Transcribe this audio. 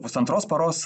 pusantros paros